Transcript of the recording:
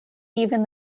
even